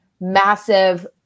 massive